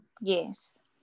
yes